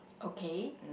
okay